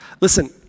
Listen